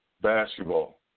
Basketball